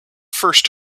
first